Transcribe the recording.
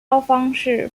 方式